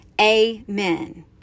Amen